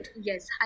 yes